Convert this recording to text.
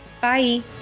bye